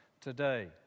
Today